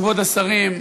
כבוד השרים,